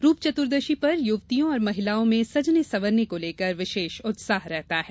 रूप चतुर्दशी पर युवतियों और महिलाओं में सजने संवरने को लेकर विषेष उत्साह रहता है